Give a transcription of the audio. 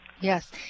Yes